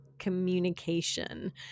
communication